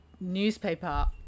newspaper